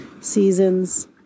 seasons